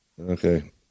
okay